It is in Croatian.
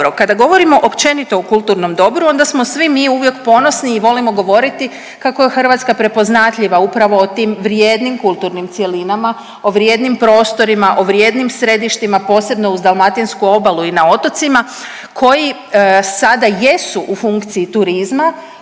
Kada govorimo općenito o kulturnom dobru onda smo svi mi uvijek ponosni i volimo govoriti kako je Hrvatska prepoznatljiva upravo u tim vrijednim kulturnim cjelinama, o vrijednim prostorima, o vrijednim središtima posebno uz dalmatinsku obalu i na otocima koji sada jesu u funkciji turizma,